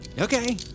Okay